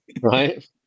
right